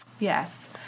Yes